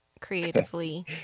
creatively